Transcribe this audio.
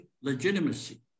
legitimacy